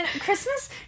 Christmas